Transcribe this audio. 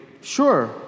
sure